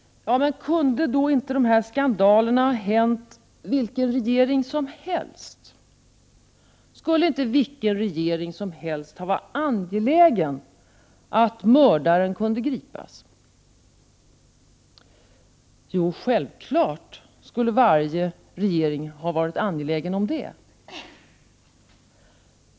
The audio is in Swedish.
Ja, men kunde då inte de här skandalerna ha hänt vilken regering som helst? Skulle inte vilken regering som helst ha varit angelägen om att mördaren kunde gripas? Jo, självfallet skulle varje regering ha varit angelägen om det.